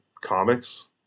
comics